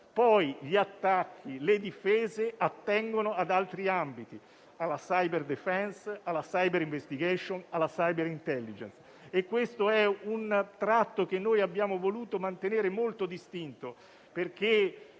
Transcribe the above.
Gli attacchi e le difese attengono ad altri ambiti: alla *cyber defense*, alla *cyber investigation* e alla *cyber intelligence*. Questo è un tratto che abbiamo voluto mantenere molto distinto, perché